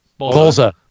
Bolza